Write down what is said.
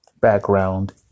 background